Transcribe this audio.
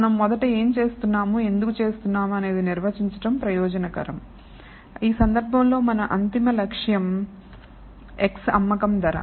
మనం మొదట ఏం చేస్తున్నాము ఎందుకు చేస్తున్నాము అనేది నిర్వచించటం ప్రయోజనకరం ఈ సందర్భంలో మన అంతిమ లక్ష్యం x అమ్మకం ధర